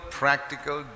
practical